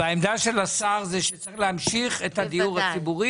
והעמדה של השר זה שצריך להמשיך את הדיור הציבורי